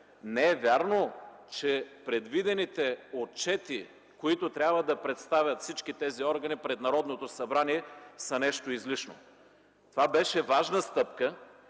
Не е вярно, че предвидените отчети, които трябва да представят всички тези органи пред Народното събрание, са нещо излишно. Това беше важна стъпка.